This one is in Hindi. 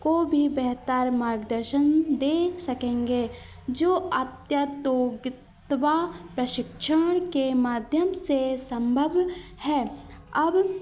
को भी बेहतर मार्गदर्शन देख सकेंगे जो अत्यातोबिक बितबा प्रशिक्षण के माध्यम से सम्भव है अब